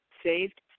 saved